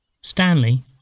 Stanley